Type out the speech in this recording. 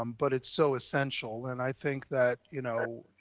um but it's so essential. and i think that, you know,